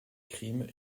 crime